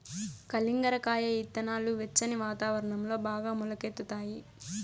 కలింగర కాయ ఇత్తనాలు వెచ్చని వాతావరణంలో బాగా మొలకెత్తుతాయి